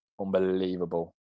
unbelievable